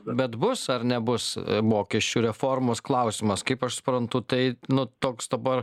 bet bus ar nebus mokesčių reformos klausimas kaip aš suprantu tai nu toks dabar